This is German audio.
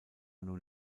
nun